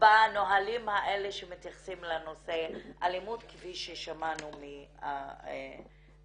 בנהלים האלה שמתייחסים לנושא האלימות כפי ששמענו מהמתדיינות.